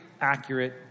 accurate